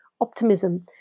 optimism